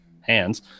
hands